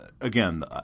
again